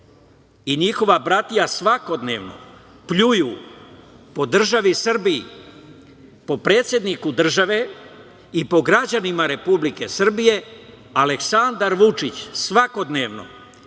i njihova bratija svakodnevno pljuju po državi Srbiji, po predsedniku države i po građanima Republike Srbije, Aleksandar Vučić svakodnevno